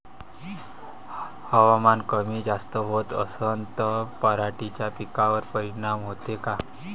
हवामान कमी जास्त होत असन त पराटीच्या पिकावर परिनाम होते का?